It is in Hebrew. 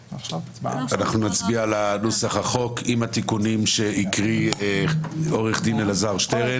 אנחנו נצביע על נוסח החוק עם התיקונים שקרא עו"ד אלעזר שטרן.